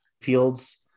Fields